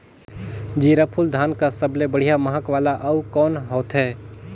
जीराफुल धान कस सबले बढ़िया महक वाला अउ कोन होथै?